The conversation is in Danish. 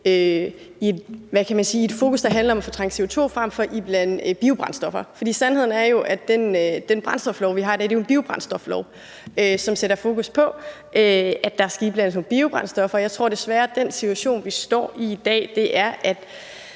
sige, fokus, der handler om at fortrænge CO2 frem for at iblande biobrændstoffer. For sandheden er jo, at den brændstoflov, vi har i dag, er en biobrændstoflov, som sætter fokus på, at der skal iblandes nogle biobrændstoffer. Og jeg tror desværre, at den situation, vi står i i dag, er, at